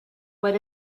what